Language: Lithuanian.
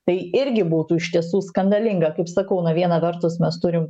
tai irgi būtų iš tiesų skandalinga kaip sakau na viena vertus mes turim